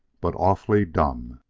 but awfully dumb.